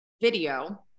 video